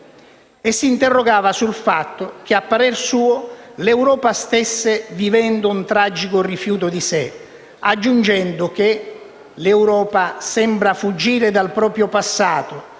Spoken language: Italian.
si interrogava sul fatto che, a parer suo, l'Europa stesse vivendo un tragico rifiuto di sé, aggiungendo che: «L'Europa sembra fuggire dal proprio passato,